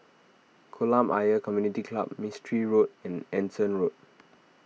Kolam Ayer Community Club Mistri Road and Anson Road